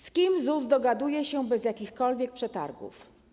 Z kim ZUS dogaduje się bez jakichkolwiek przetargów?